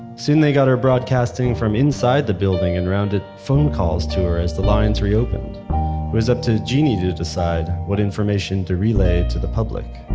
soon they got her broadcasting from inside the building and rounded phone calls to her as the lines reopened. it was up to genie to to decide what information to relay to the public.